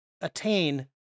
attain